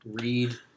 read